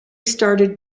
started